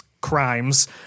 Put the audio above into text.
crimes